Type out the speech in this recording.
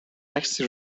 عکسی